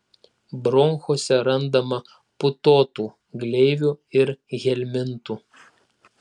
bronchuose randama putotų gleivių ir helmintų